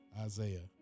Isaiah